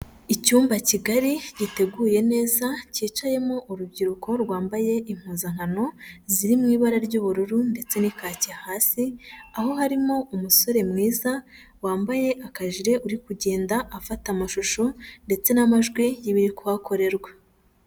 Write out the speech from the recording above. Icyumba kigari giteguye neza cyicayemo urubyiruko rwambaye impuzankano ziri mu ibara ry'ubururu ndetse n'ikaki hasi, aho harimo umusore mwiza wambaye akajire uri kugenda afata amashusho ndetse n'amajwi y'ibiri kuhakorerwa.